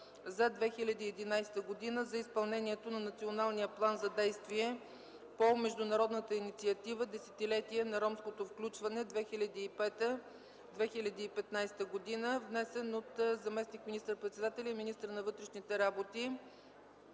за 2011 г. за изпълнението на Националния план за действие по международната инициатива „Десетилетие на ромското включване 2005-2015 г.”, внесен от заместник министър-председателя и министър на вътрешните работи